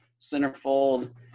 centerfold